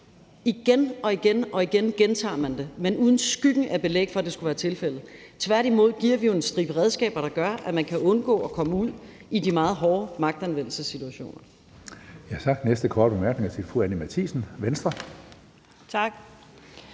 det – igen og igen gentager man det, men uden skyggen af belæg for, at det skulle være tilfældet. Tværtimod giver vi jo en stribe redskaber, der gør, at man kan undgå at komme ud i de meget hårde magtanvendelsessituationer.